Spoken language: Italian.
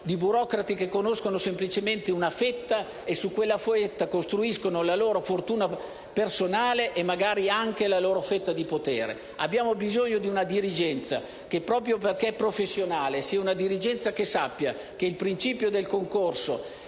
di burocrati che conoscono semplicemente una fetta e su quella fetta costruiscono la loro fortuna personale e magari anche la loro fetta di potere. Abbiamo bisogno di una dirigenza che, proprio perché professionale, sappia che il principio del concorso